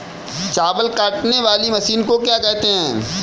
चावल काटने वाली मशीन को क्या कहते हैं?